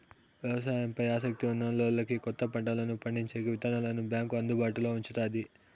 వ్యవసాయం పై ఆసక్తి ఉన్నోల్లకి కొత్త పంటలను పండించేకి విత్తనాలను బ్యాంకు అందుబాటులో ఉంచుతాది